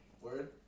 Word